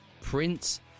Prince